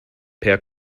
per